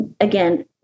again